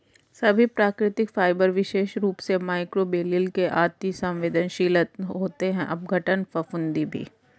सभी प्राकृतिक फाइबर विशेष रूप से मइक्रोबियल के लिए अति सवेंदनशील होते हैं अपघटन, फफूंदी भी